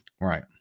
right